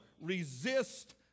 resist